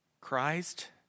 Christ